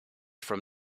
from